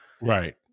right